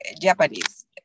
Japanese